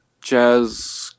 jazz